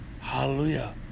Hallelujah